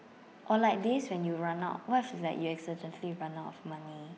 or like this when you run out what if like you accidentally run out of money